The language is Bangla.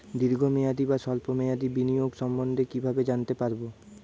দীর্ঘ মেয়াদি বা স্বল্প মেয়াদি বিনিয়োগ সম্বন্ধে কীভাবে জানতে পারবো?